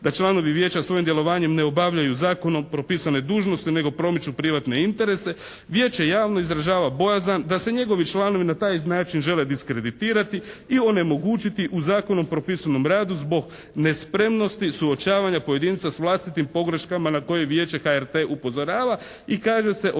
da članovi Vijeća svojim djelovanjem ne obavljaju zakonom propisane dužnosti nego promiču privatne interese Vijeće javno izražava bojazan da se njegovi članovi na taj način žele diskreditirati i onemogućiti u zakonom propisanom radu zbog nespremnosti suočavanja pojedinca s vlastitim pogreškama na koje Vijeće HRT upozorava.» I kaže se: